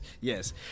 yes